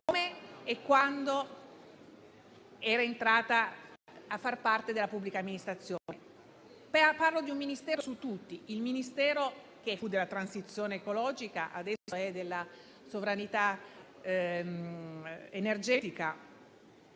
come quando è entrata a far parte della pubblica amministrazione. Parlo di un Ministero su tutti: il Ministero che fu della transizione ecologica e adesso è dell'ambiente e della